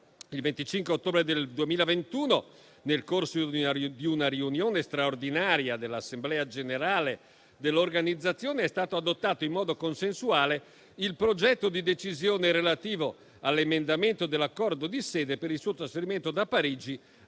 Il 25 ottobre del 2021, nel corso di una riunione straordinaria dell'assemblea generale dell'Organizzazione, è stato adottato in modo consensuale il progetto di decisione relativo all'emendamento dell'Accordo di sede per il suo trasferimento da Parigi